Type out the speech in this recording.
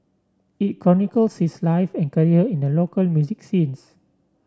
it chronicles his life and career in the local music scenes